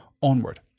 onward